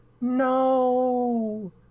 no